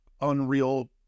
Unreal